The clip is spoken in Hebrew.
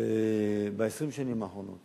ב-20 השנים האחרונות